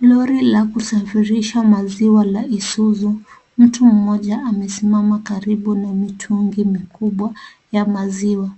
Lori ya kusafirisha maziwa ya Isuzu, mtu mmoja amesimama karibu na mitundi mikubwa ya maziwa.